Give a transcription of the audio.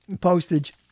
postage